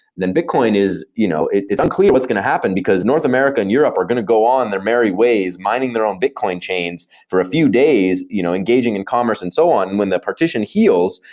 then bitcoin is you know it's unclear what's going to happen, because north america and europe are going to go on their merry ways minding their own bitcoin chains for a few days you know engaging in commerce and so on. when the partition heals,